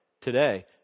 today